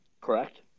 Correct